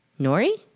Nori